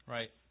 Right